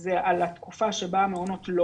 הוא על התקופה בה המעונות לא